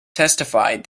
testified